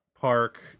park